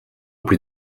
plus